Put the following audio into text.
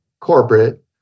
corporate